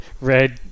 red